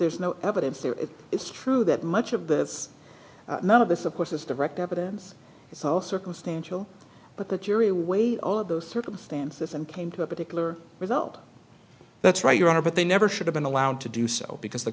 there's no evidence that it's true that much of this none of this of course is direct evidence it's all circumstantial but the jury weigh all of those circumstances and came to a particular result that's right your honor but they never should have been allowed to do so because the